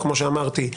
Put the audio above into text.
כמו שאמרתי,